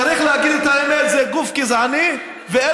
צריך להגיד את האמת שזה גוף גזעני ואין